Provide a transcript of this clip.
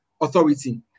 authority